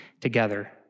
together